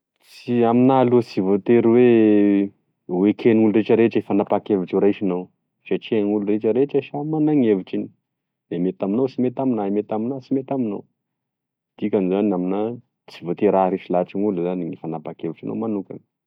Sy amina aloha sy voatery oe hoekeny gn'olo retraretre fanapaha-kevitro raisinao satria gn'olo retraretre samy magna gn'hevitrany e mety aminao sy mety aminay mety amina sy mety aminao dikan'izany amina sy voatery aharesy lahatry gn'olo gne fanapaha-kevitrinao manokany.